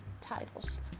titles